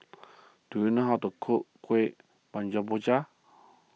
do you know how to cook Kueh